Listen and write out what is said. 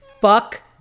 fuck